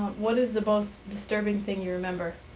what is the most disturbing thing you remember